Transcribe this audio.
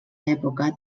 època